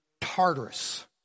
tartarus